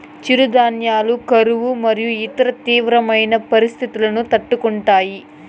చిరుధాన్యాలు కరువు మరియు ఇతర తీవ్రమైన పరిస్తితులను తట్టుకుంటాయి